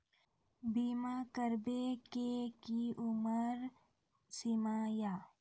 बीमा करबे के कि उम्र सीमा या?